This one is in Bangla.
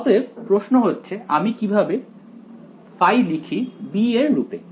অতএব প্রশ্ন হচ্ছে আমি কিভাবে ϕ লিখি b এর রূপে